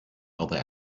other